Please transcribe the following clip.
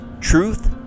truth